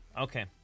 Okay